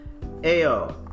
Ayo